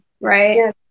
Right